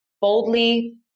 boldly